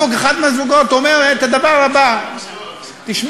אחד מהזוגות אומר את הדבר הבא: תשמע,